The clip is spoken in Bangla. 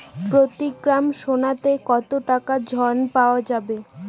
প্রতি গ্রাম সোনাতে কত টাকা ঋণ পাওয়া যাবে?